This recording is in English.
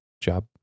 job